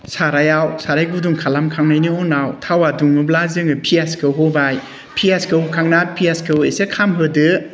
सारायाव साराय गुदुं खालामखांनायनि उनाव थावआ दुङोब्ला जोङो पियाजखौ होबाय पियाजखौ होखांना पियासखौ एसे खामहोदो